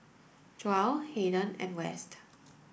Joell Hayden and West